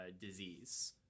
disease